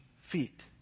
feet